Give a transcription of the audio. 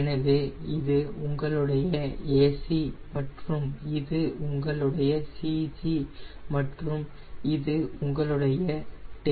எனவே இது உங்களுடைய AC மற்றும் இது உங்களுடைய CG மற்றும் இது உங்களுடைய டெயில்